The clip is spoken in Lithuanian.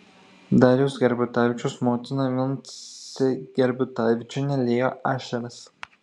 dariaus gerbutavičiaus motina vincė gerbutavičienė liejo ašaras